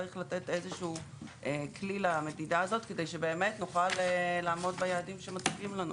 צריך לתת איזה כלי למדידה הזו כדי שבאמת נוכל לעמוד ביעדים שמציבים לנו.